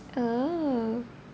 oh